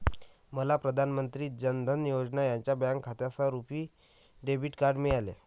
मला प्रधान मंत्री जान धन योजना यांच्या बँक खात्यासह रुपी डेबिट कार्ड मिळाले